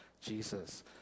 jesus